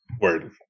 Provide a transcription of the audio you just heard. Word